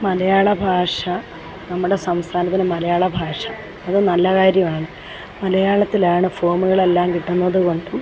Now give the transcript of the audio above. മലയാള ഭാഷ നമ്മുടെ സംസ്ഥാനത്തിൻ്റെ മലയാള ഭാഷ അത് നല്ല കാര്യമാണ് മലയാളത്തിലാണ് ഫോമുകളെല്ലാം കിട്ടുന്നതുകൊണ്ടും